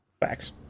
Facts